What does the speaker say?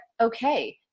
okay